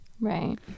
Right